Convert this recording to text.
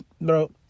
Bro